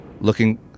looking